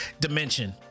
dimension